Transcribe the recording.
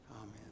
Amen